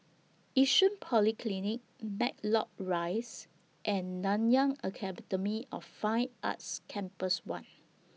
Yishun Polyclinic Matlock Rise and Nanyang Academy of Fine Arts Campus one